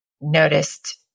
noticed